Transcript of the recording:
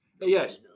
Yes